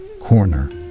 corner